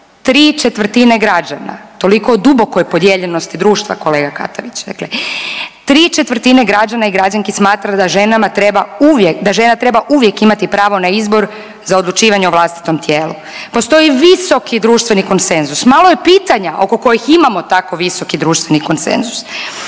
Hrvatskoj 3/4 građana u toliko duboko podijeljenosti društva kolega … dakle 3/4 građana i građanki smatra da ženama treba uvijek, da žena treba uvijek imati pravo na izbor za odlučivanje o vlastitom tijelu. Postoji visoki društveni konsenzus. Malo je pitanja oko kojih imamo tako visoki društveni konsenzus.